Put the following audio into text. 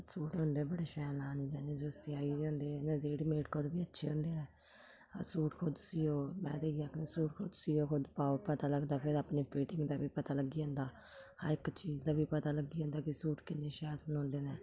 suit होंदे बड़े शैल लाने आह्ले जो सेआए दे होंदे न रैडीमेड कोला बी अच्छे होंदे ऐ अस सूट खुद सीओ में ते इ'यै आखनीं सूट खुद सीओ खुद पाओ पता लगदा फिर अपनी फिटिंग दा बी पता लग्गी जंदा हर इक चीज दा बी पता लग्गी जंदा कि सूट किन्ने शैल सलोंदे न